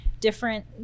different